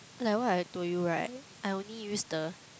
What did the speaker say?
like what I told you right I only use the